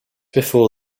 before